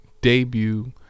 debut